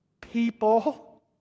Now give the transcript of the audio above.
people